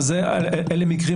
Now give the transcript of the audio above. אז על אלה מקרים,